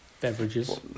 beverages